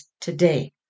today